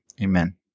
amen